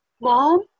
mom